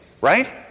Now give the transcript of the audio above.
Right